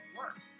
work